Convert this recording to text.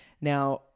Now